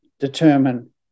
determine